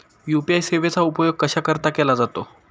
UPI सेवेचा उपयोग कशाकरीता केला जातो?